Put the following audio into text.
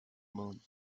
moon